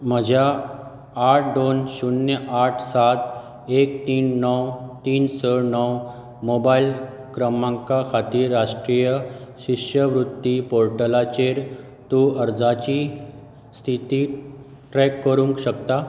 म्हज्या आठ दोन शुन्य आठ साात एक तीन णव तीन स णव मोबायल क्रमांका खातीर राष्ट्रीय शिश्यवृत्ती पोर्टलाचेर तूं अर्जाची स्थिती ट्रॅक करूंक शकता